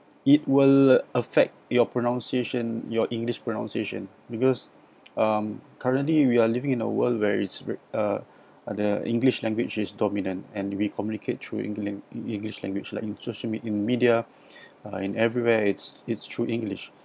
it will affect your pronunciation your english pronunciation because um currently we are living in a world where it's uh uh the english language is dominant and we communicate through engli~ english language like in social in media and everywhere it's it's through english